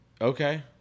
Okay